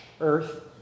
earth